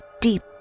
deep